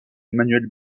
emmanuel